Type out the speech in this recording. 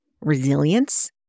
resilience